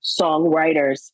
songwriters